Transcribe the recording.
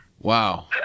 Wow